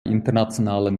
internationalen